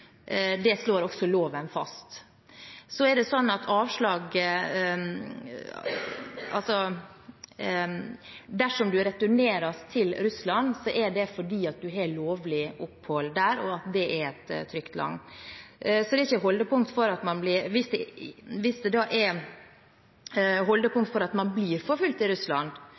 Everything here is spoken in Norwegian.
Det slår også loven fast. Så er det sånn at dersom man returneres til Russland, er det fordi man har lovlig opphold der, og at det er et trygt land. Hvis det er holdepunkter for at man blir forfulgt i Russland, så blir asylsøkeren behandlet på vanlig måte. Jeg er